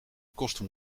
kosten